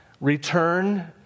return